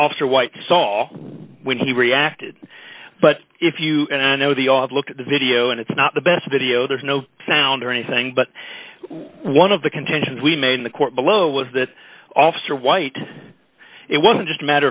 officer white saw when he reacted but if you and i know the op look at the video and it's not the best video there's no sound or anything but one of the contentions we made in the court below was that officer white it wasn't just a matter